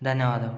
ಧನ್ಯವಾದಗಳು